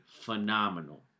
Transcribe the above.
phenomenal